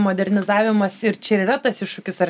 modernizavimas ir čia ir yra tas iššūkis ar